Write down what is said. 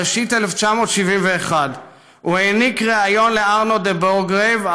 בראשית 1971 הוא העניק ריאיון לארנו דה-בורשגרייב,